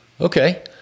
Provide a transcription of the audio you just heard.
okay